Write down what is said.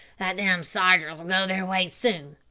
that them sodgers ll go their ways soon.